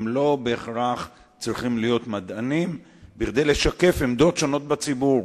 הם לא בהכרח צריכים להיות מדענים כדי לשקף עמדות שונות בציבור.